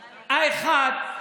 האחד,